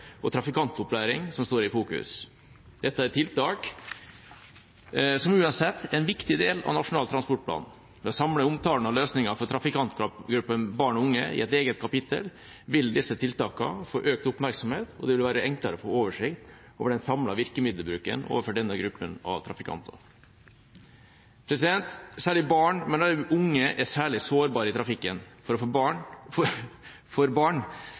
og trafikantopplæring som står i fokus. Dette er tiltak som uansett er en viktig del av Nasjonal transportplan. Ved å samle omtalen av løsninger for trafikantgruppa barn og unge i et eget kapittel vil disse tiltakene få økt oppmerksomhet, og det vil være enklere å få oversikt over den samlede virkemiddelbruken overfor denne gruppa av trafikanter. Spesielt barn, men også unge, er særlig sårbare i trafikken. For